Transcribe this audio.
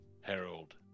Harold